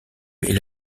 est